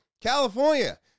California